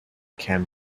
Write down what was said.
can